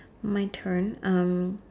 my turn um